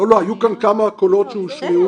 לא, היו כאן כמה קולות שהושמעו.